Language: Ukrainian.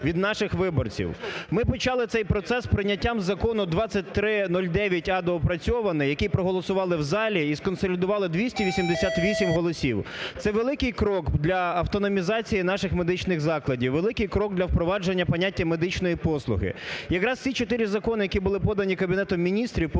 від наших виборців. Ми почали цей процес прийняттям закону 2309-а доопрацьований, який проголосували в залі і сконсолідували 288 голосів. Це великий крок для автономізації наших медичних закладів, великий крок для впровадження поняття медичної послуги. Якраз ці чотири закони, які були подані Кабінетом Міністрів, повинні